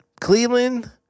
Cleveland